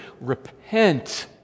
repent